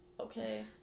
okay